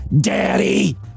Daddy